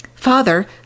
Father